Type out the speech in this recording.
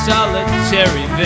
Solitary